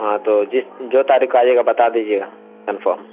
ہاں تو جس جو تاریخ کو آئیے گا بتا دیجیے گا کنفرم